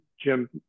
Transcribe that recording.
Jim